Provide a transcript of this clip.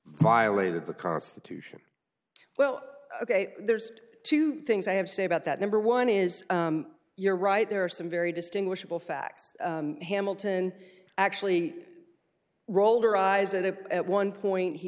violated the constitution well ok there's two things i have to say about that number one is you're right there are some very distinguishable facts hamilton actually rolled her eyes and at one point he